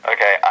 Okay